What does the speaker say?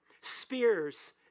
spears